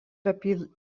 apylinkės